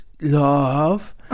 love